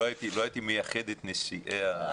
לא הייתי מייחד את נשיאי המוסדות.